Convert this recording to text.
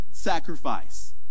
Sacrifice